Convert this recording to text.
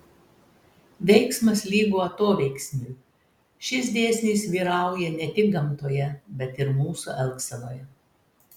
veiksmas lygu atoveiksmiui šis dėsnis vyrauja ne tik gamtoje bet ir mūsų elgsenoje